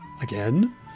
again